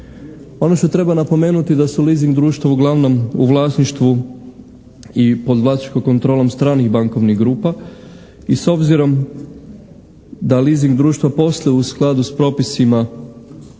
Ono što treba napomenuti da su leasing u društvu uglavnom u vlasništvu i pod vlasničkom kontrolom stranih bankovnih grupa i s obzirom da leasing društva postoje u skladu s propisima o